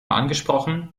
angesprochen